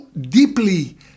deeply